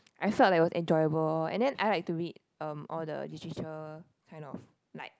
I felt that it was enjoyable and then I like to read um all the Literature kind of like